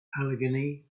allegany